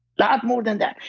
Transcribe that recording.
that more than that.